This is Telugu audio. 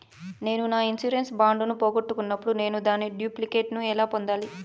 నేను నా ఇన్సూరెన్సు బాండు ను పోగొట్టుకున్నప్పుడు నేను దాని డూప్లికేట్ ను ఎలా పొందాలి?